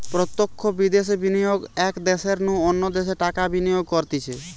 প্রত্যক্ষ বিদ্যাশে বিনিয়োগ এক দ্যাশের নু অন্য দ্যাশে টাকা বিনিয়োগ করতিছে